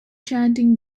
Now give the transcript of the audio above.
chanting